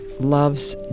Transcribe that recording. love's